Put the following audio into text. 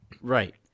Right